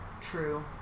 true